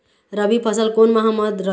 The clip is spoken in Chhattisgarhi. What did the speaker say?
रबी फसल कोन माह म रथे?